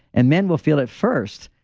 and men will feel it first.